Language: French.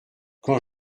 quand